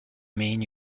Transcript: mean